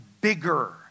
bigger